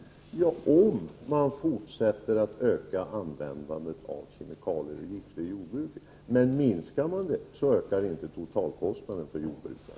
Ja, om man fortsätter att öka användandet av kemikalier och gifter i jordbruket. Men minskar man den användningen ökar inte totalkostnaden för jordbrukaren.